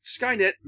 Skynet